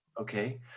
Okay